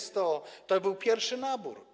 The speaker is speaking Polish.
To był pierwszy nabór.